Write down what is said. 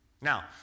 Now